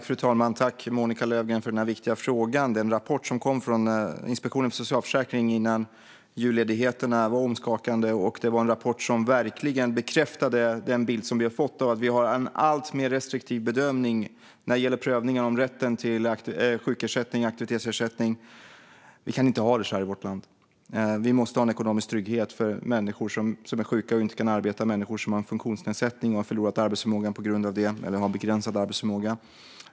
Fru talman! Tack för den här viktiga frågan, Monika Lövgren! Den rapport som kom från Inspektionen för socialförsäkringen innan julledigheterna var omskakande, och det var en rapport som verkligen bekräftade den bild vi har fått av att vi har en alltmer restriktiv bedömning när det gäller prövningen av rätten till sjukersättning och aktivitetsersättning. Vi kan inte ha det så här i vårt land. Vi måste ha en ekonomisk trygghet för människor som är sjuka och inte kan arbeta och för människor som har en funktionsnedsättning och på grund av det har förlorat arbetsförmågan eller har en begränsad arbetsförmåga.